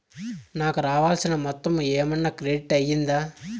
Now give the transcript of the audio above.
నాకు రావాల్సిన మొత్తము ఏమన్నా క్రెడిట్ అయ్యిందా